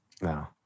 No